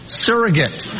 surrogate